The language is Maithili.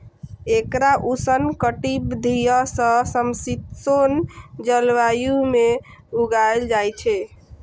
एकरा उष्णकटिबंधीय सं समशीतोष्ण जलवायु मे उगायल जाइ छै